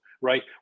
right